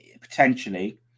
potentially